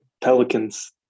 Pelicans